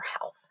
health